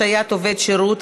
השעיית עובד שירות),